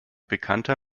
bekannter